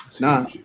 Nah